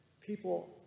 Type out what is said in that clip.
people